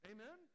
Amen